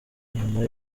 nyuma